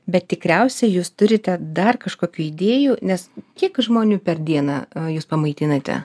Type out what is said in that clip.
bet tikriausiai jūs turite dar kažkokių idėjų nes kiek žmonių per dieną jūs pamaitinate